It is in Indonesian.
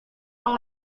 yang